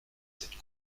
cette